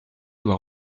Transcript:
doit